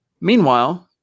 Meanwhile